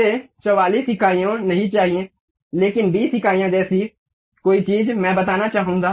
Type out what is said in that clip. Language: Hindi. मुझे 44 इकाइयाँ नहीं चाहिए लेकिन 20 इकाइयों जैसी कोई चीज़ मैं बताना चाहूँगा